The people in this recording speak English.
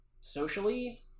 socially